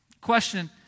Question